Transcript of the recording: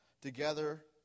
together